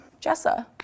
Jessa